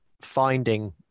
finding